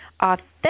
authentic